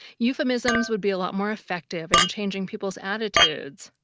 euphemisms would be a lot more effective in changing people's attitudes.